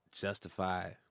justify